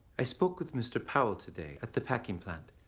i spoke with mr. powell today at the packing plant.